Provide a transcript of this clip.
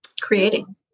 creating